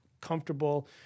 comfortable